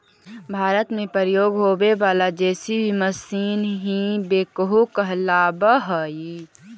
भारत में प्रयोग होवे वाला जे.सी.बी मशीन ही बेक्हो कहलावऽ हई